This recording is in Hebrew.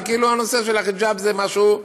וכאילו הנושא של החיג'אב זה משהו,